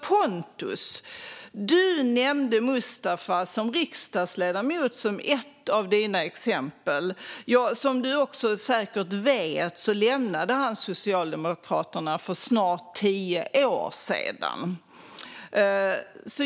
Pontus, du nämnde som ett av dina exempel Mustafa som var riksdagsledamot. Som du också säkert vet lämnade han Socialdemokraterna för snart tio år sedan.